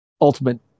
ultimate